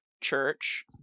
church